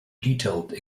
detailed